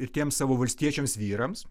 ir tiem savo valstiečiams vyrams